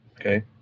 Okay